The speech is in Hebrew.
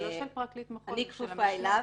זה לא של פרקליט המחוז, זה של המשנה.